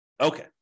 Okay